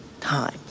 times